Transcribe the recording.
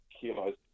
kilos